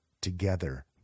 together